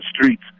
streets